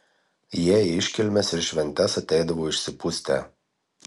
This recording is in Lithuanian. jie į iškilmes ir šventes ateidavo išsipustę